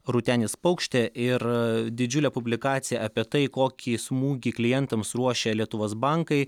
rūtenis paukštė ir didžiulę publikaciją apie tai kokį smūgį klientams ruošia lietuvos bankai